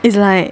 is like